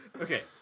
Okay